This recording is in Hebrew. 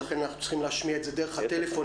לכן אנחנו צריכים להשמיע את זה דרך הטלפון.